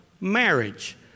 marriage